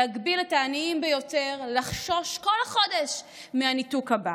להגביל את העניים ביותר ולגרום להם לחשוש בכל חודש מהניתוק הבא.